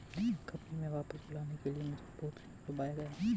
company में वापस बुलाने के लिए मुझे बहुत लुभाया गया